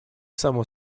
само